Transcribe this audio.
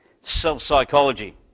self-psychology